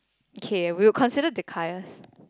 okay we will consider to